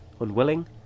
unwilling